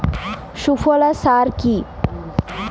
সুফলা সার কি?